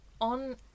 on